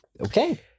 Okay